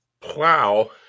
plow